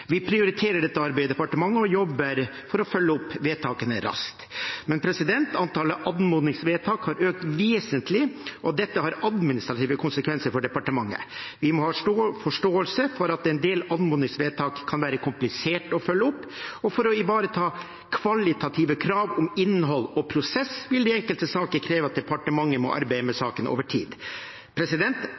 Vi prioriterer dette arbeidet i departementet og jobber for å følge opp vedtakene raskt. Men antallet anmodningsvedtak har økt vesentlig, og dette har administrative konsekvenser for departementet. Vi må ha forståelse for at en del anmodningsvedtak kan være kompliserte å følge opp, og for å ivareta kvalitative krav om innhold og prosess vil de enkelte sakene kreve at departementet må arbeide med sakene over tid.